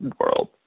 world